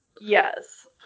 yes